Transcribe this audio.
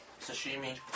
Sashimi